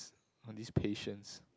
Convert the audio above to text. on these patients